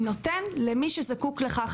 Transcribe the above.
שנותן למי שזקוק לכך.